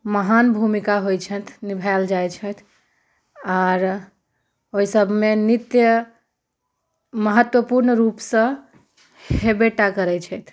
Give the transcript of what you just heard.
महान भूमिका होइ छथि निभाएल जाइत छथि आर ओहि सभमे नृत्य महत्वपूर्ण रूपसँ होयबे टा करैत छथि